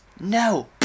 No